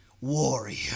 warrior